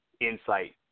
insight